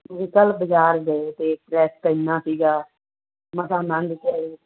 ਅਸੀਂ ਕੱਲ੍ਹ ਬਾਜ਼ਾਰ ਗਏ ਅਤੇ ਟ੍ਰੈਫਿਕ ਇੰਨਾ ਸੀਗਾ ਮਸਾਂ ਲੰਘ ਕੇ ਆਏ